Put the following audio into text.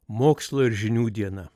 mokslo ir žinių diena